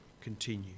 continue